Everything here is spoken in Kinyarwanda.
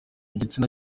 igitsina